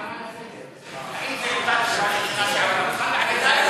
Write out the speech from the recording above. הערה לסדר: האם זאת טיוטה משנה שעברה?